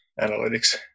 analytics